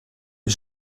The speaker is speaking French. les